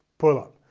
pull up.